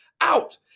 out